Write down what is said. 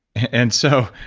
and so,